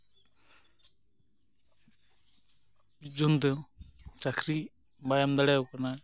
ᱯᱨᱚᱡᱳᱱᱛᱳ ᱪᱟᱠᱨᱤ ᱵᱟᱭ ᱮᱢ ᱫᱟᱲᱮᱭᱟᱠᱚ ᱠᱟᱱᱟ